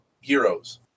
heroes